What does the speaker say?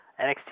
NXT